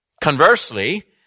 Conversely